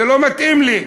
זה לא מתאים לי.